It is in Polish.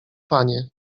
panie